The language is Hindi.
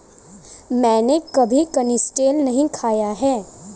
मैंने कभी कनिस्टेल नहीं खाया है